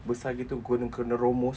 besar begitu bukannya kena gomol